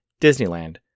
Disneyland